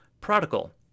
prodigal